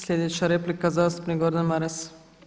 Sljedeća replika zastupnik Gordan Maras.